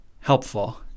helpful